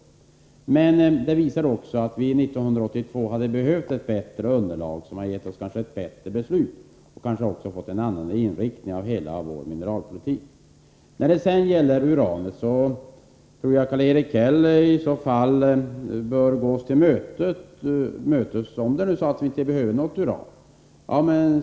Men detta visar också att vi 1982 hade behövt ett lämpligare underlag, som kanske hade gett oss ett bättre beslut och som kanske hade lett till att vi fått en annan inriktning av hela vår mineralpolitik. Om landet nu inte behöver något uran anser jag att Karl-Erik Häll bör gå oss till mötes.